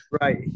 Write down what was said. right